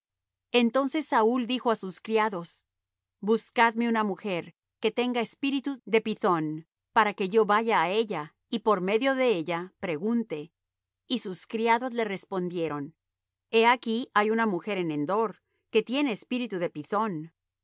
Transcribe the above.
entonces saúl dijo á sus criados buscadme una mujer que tenga espíritu de pythón para que yo vaya á ella y por medio de ella pregunte y sus criados le respondieron he aquí hay una mujer en endor que tiene espíritu de pythón